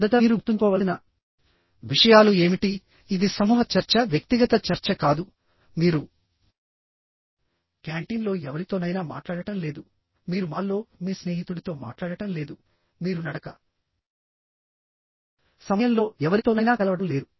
మొదట మీరు గుర్తుంచుకోవలసిన విషయాలు ఏమిటి ఇది సమూహ చర్చ వ్యక్తిగత చర్చ కాదు మీరు క్యాంటీన్లో ఎవరితోనైనా మాట్లాడటం లేదు మీరు మాల్లో మీ స్నేహితుడితో మాట్లాడటం లేదు మీరు నడక సమయంలో ఎవరితోనైనా కలవడం లేదు